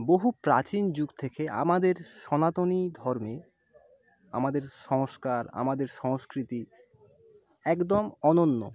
বহু প্রাচীন যুগ থেকে আমাদের সনাতনী ধর্মে আমাদের সংস্কার আমাদের সংস্কৃতি একদম অনন্য